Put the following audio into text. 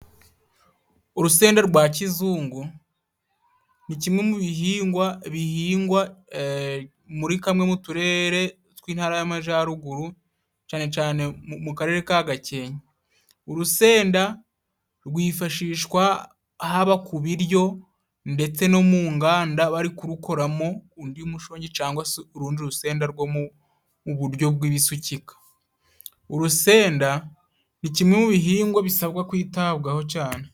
Urusenda rwa kizungu ni kimwe mu bihingwa, bihingwa muri kamwe mu'turere tw'intara y'amajyaruguru cyane cyane mu karere ka gakenke, urusenda rwifashishwa haba kubiryo, ndetse no mu nganda bari kurukoramo undi mushongi cyangwa se urundi rusenda rwo mu buryo bw'ibisukika, urusenda ni kimwe mu bihingwa bisabwa kwitabwaho cyane.